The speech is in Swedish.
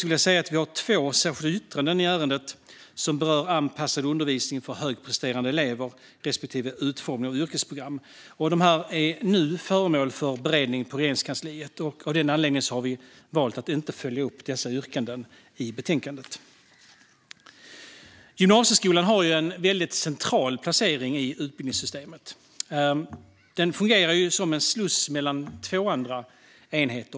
Vi har även två särskilda yttranden i ärendet, som berör anpassad undervisning för högpresterande elever respektive utformningen av yrkesprogram. Dessa är båda nu föremål för beredning i Regeringskansliet. Av den anledningen har vi valt att inte följa upp dessa yrkanden i betänkandet. Gymnasieskolan har en väldigt central placering i utbildningssystemet. Den fungerar som en sluss mellan två andra enheter.